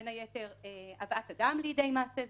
בין היתר הבאת אדם לידי מעשה זנות,